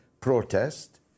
protest